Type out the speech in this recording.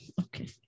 Okay